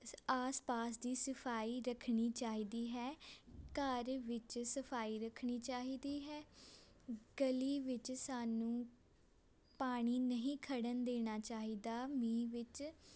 ਆਸ ਪਾਸ ਦੀ ਸਫਾਈ ਰੱਖਣੀ ਚਾਹੀਦੀ ਹੈ ਘਰ ਵਿੱਚ ਸਫਾਈ ਰੱਖਣੀ ਚਾਹੀਦੀ ਹੈ ਗਲੀ ਵਿੱਚ ਸਾਨੂੰ ਪਾਣੀ ਨਹੀਂ ਖੜ੍ਹਨ ਦੇਣਾ ਚਾਹੀਦਾ ਮੀਂਹ ਵਿੱਚ